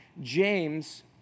James